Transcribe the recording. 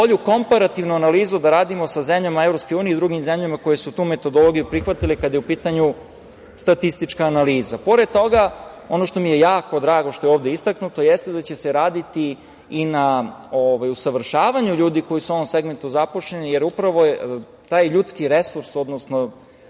bolju komparativnu analizu da radimo sa zemljama EU i drugim zemljama koje su tu metodologiju prihvatile kada je u pitanju statistička analiza. Pored toga, ono što mi je jako drago što je ovde istaknuto, jeste da će se raditi i na usavršavanju ljudi koji su u ovom segmentu zaposleni, jer upravo je taj ljudski resurs jako